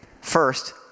First